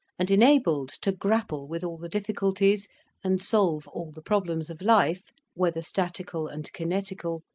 and enabled to grapple with all the difficulties and solve all the problems of life, whether statical and kinetical,